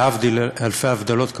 להבדיל אלפי הבדלות,